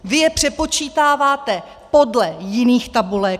Vy je přepočítáváte podle jiných tabulek.